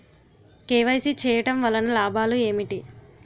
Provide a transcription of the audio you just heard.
KYC చేయటం వలన లాభాలు ఏమిటి?